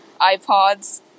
iPods